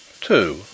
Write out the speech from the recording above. Two